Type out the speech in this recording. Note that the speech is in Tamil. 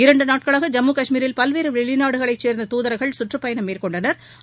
இரண்டு நாட்களாக ஜம்மு காஷ்மீரில் பல்வேறு வெளிநாடுகளைச் சேர்ந்த துதர்கள் கற்றப்பயணம் மேற்கொண்டனா்